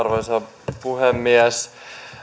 arvoisa puhemies